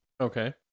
Okay